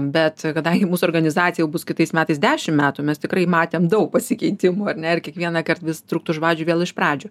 bet kadangi mūsų organizacijai jau bus kitais metais dešim metų mes tikrai matėm daug pasikeitimų ar ne ir kiekvienąkart vis trukt už vadžių vėl iš pradžių